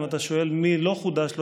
אם אתה שואל מי לא חודש לו,